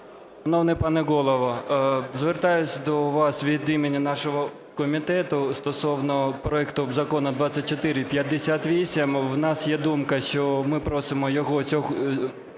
Шановний пане Голово, звертаюсь до вас від імені нашого комітету стосовно проекту Закону 2458. В нас є думка, що ми просимо його